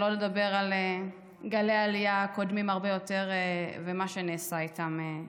שלא לדבר על גלי העלייה הקודמים הרבה יותר ומה שנעשה איתם,